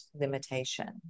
limitation